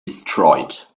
destroyed